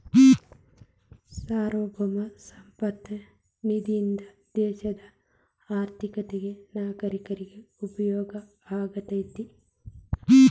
ಸಾರ್ವಭೌಮ ಸಂಪತ್ತ ನಿಧಿಯಿಂದ ದೇಶದ ಆರ್ಥಿಕತೆಗ ನಾಗರೇಕರಿಗ ಉಪಯೋಗ ಆಗತೈತಿ